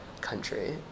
country